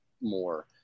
more